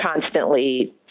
constantly